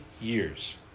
years